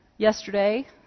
yesterday